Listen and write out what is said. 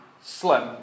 slim